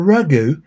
Ragu